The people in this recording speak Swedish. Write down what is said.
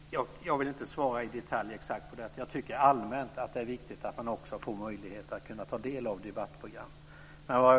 Fru talman! Jag vill inte svara exakt i detalj på detta. Jag tycker allmänt att det är viktigt att människor får möjlighet att kunna ta del också av debattprogram.